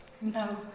No